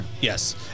Yes